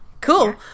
Cool